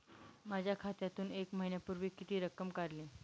माझ्या खात्यातून एक महिन्यापूर्वी किती रक्कम काढली?